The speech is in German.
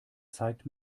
zeigt